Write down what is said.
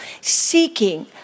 seeking